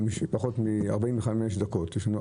פחות מ-45 דקות לדיון,